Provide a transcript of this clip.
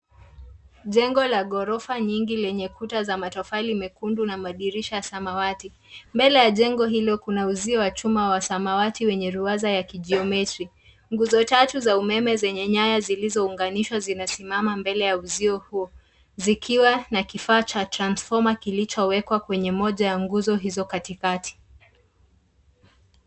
Jengo la ghorofa nyingi lenye kuta za matofali mekundu na madirisha samawati. Mbele ya jengo hilo kuna uzio wa chuma wa samawati wenye ruwaza ya kijiometri. Nguzo tatu za umeme zenye nyaya zilizo unganishwa zinasimama mbele ya uzio huo. Zikiwa na kifaa cha transfoma kilicho wekwa kwenye moja ya nguzo hizo katikati.